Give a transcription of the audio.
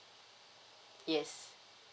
yes